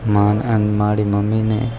મારા અને મારી મમ્મીને